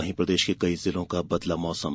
वहीं प्रदेश के कई जिलों का बदला मौसम